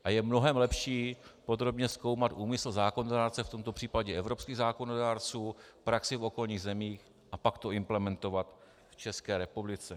A je mnohem lepší podrobně zkoumat úmysl zákonodárce, v tomto případě evropských zákonodárců, praxi v okolních zemích, a pak to implementovat v České republice.